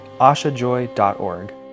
ashajoy.org